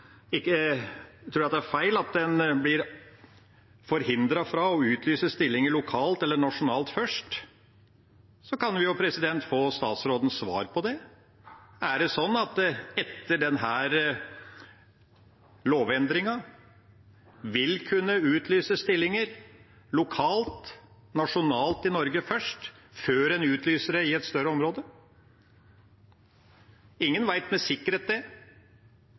blir forhindret fra å utlyse stillinger lokalt eller nasjonalt først, kan vi jo få statsrådens svar på det. Er det sånn at det etter denne lovendringen vil kunne utlyses stillinger lokalt og nasjonalt i Norge først, før en utlyser dem i et større område? Ingen vet det med sikkerhet. Men min vurdering er at det